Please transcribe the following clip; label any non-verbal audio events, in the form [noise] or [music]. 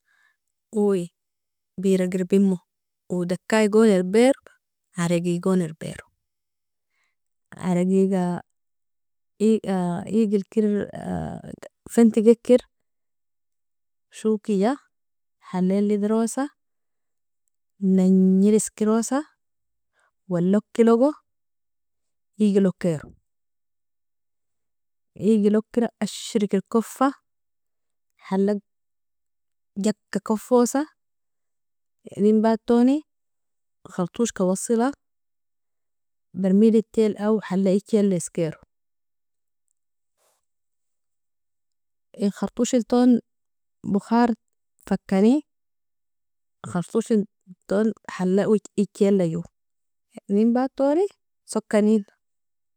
Uui beraga irbimo, uui dakaigon irbiro, aragigon irbiro, aragiga [hesitation] iegil ker fantiga iker shokija, halail idrosa, nagnir iskerosa, walloki logo iegil okero, iegil okera, ashriker koffa, halag jaka kofosa, enin batoni khartoshka wasila bermilteli awo hala ichela iskero, in khartoshil ton بخار fakani, khartoshiliton hala ichiela jo, enin batoni soka ninn. Uui beraga irbimo, uui dakaigon irbiro, aragigon irbiro, aragiga [hesitation] iegil ker fantiga iker shokija, halail idrosa, nagnir iskerosa, walloki logo iegil okero, iegil okera, ashriker koffa, halag jaka kofosa, enin batoni khartoshka wasila bermilteli awo hala ichela iskero, in khartoshil ton بخار fakani, khartoshiliton hala ichiela jo, enin batoni soka ninn.